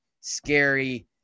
scary